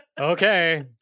Okay